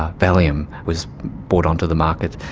ah valium was brought onto the market.